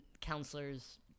counselors